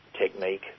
technique